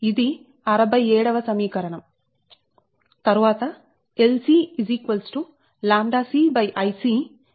ఇది 67 వ సమీకరణం